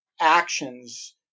actions